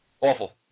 Awful